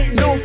no